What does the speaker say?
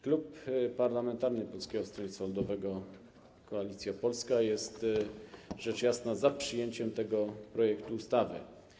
Klub Parlamentarny Polskiego Stronnictwa Ludowego - Koalicji Polskiej jest rzecz jasna za przyjęciem tego projektu ustawy.